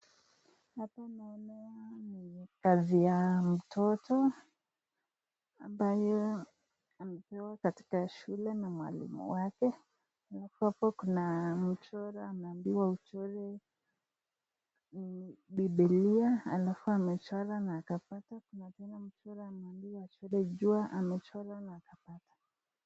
Hapa naona ni kazi ya mtoto ambayo amepewa katika shule na mwalimu wake. Alafu hapo kuna mchora anaambiwa achore bibilia alafu amechora na akapata tena kuna mchoro ameambiwa achore jua amechora na akapata.